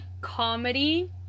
comedy